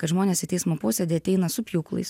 kad žmonės į teismo posėdį ateina su pjūklais